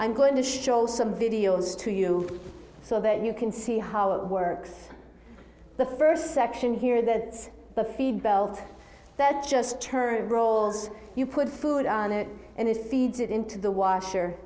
i'm going to show some videos to you so that you can see how it works the first section here that's the feed belt that just turn rolls you put food on it and it feeds it into the washer